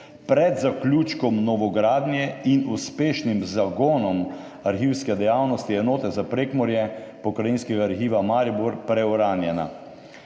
pred zaključkom novogradnje in uspešnim zagonom arhivske dejavnosti enote za Prekmurje Pokrajinskega arhiva Maribor preuranjena.